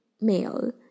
male